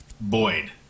Boyd